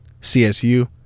CSU